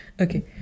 Okay